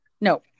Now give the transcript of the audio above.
No